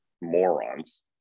morons